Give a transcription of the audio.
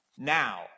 Now